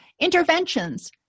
Interventions